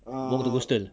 go to coastal